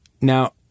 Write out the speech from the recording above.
now